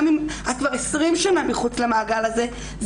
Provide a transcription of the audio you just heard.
גם אם את כבר 20 שנה מחוץ למעגל הזה,